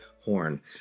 Horn